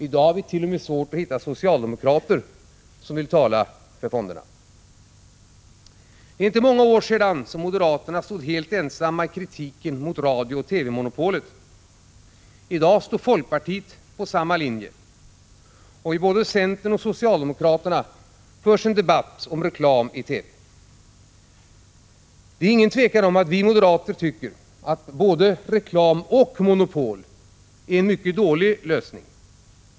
I dag är det t.o.m. svårt att hitta en socialdemokrat som vill tala för fonderna. Det är inte många år sedan moderaterna stod helt ensamma i kritiken mot radiooch TV-monopolet. I dag står folkpartiet på samma linje, och inom centern och bland socialdemokraterna förs en debatt om reklam i TV. Det är inget tvivel om att vi moderater tycker att både reklam och monopol är en mycket dålig lösning.